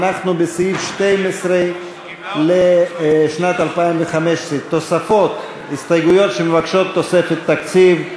אנחנו בסעיף 12 לשנת 2015. הסתייגויות שמבקשות תוספת תקציב,